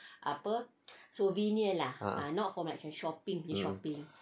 ah mm